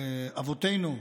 אבותינו,